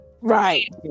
right